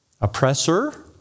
Oppressor